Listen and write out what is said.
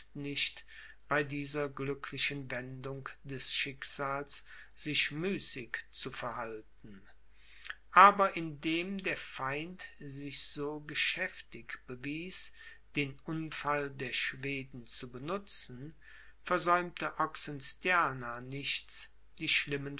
nicht bei dieser glücklichen wendung des schicksals sich müßig zu verhalten aber indem der feind sich so geschäftig bewies den unfall der schweden zu benutzen versäumte oxenstierna nichts die